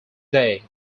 day